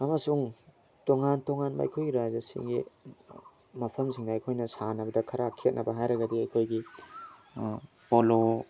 ꯑꯃꯁꯨꯡ ꯇꯣꯉꯥꯟ ꯇꯣꯉꯥꯟꯕ ꯑꯩꯈꯣꯏꯒꯤ ꯔꯥꯖ꯭ꯌꯥꯁꯤꯒꯤ ꯃꯐꯝꯁꯤꯡ ꯑꯩꯈꯣꯏꯅ ꯁꯥꯟꯅꯕꯗ ꯈꯔ ꯈꯦꯅꯕ ꯍꯥꯏꯔꯒꯗꯤ ꯑꯩꯈꯣꯏꯒꯤ ꯄꯣꯂꯣ